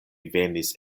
venis